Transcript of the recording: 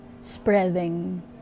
spreading